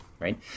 Right